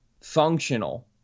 functional